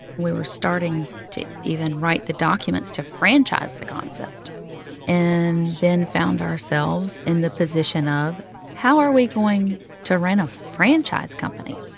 we were starting to even write the documents to franchise the concept and then found ourselves in the position of how are we going to run a franchise company?